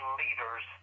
leaders